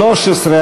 13,